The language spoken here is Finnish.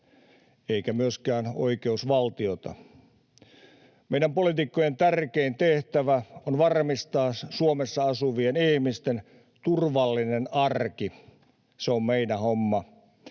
eikä myöskään oikeusvaltiota. Meidän poliitikkojen tärkein tehtävä on varmistaa Suomessa asuvien ihmisten turvallinen arki. Tässä hybridisodassa